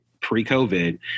pre-COVID